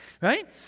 right